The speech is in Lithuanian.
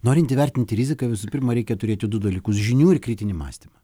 norint įvertinti riziką visų pirma reikia turėti du dalykus žinių ir kritinį mąstymą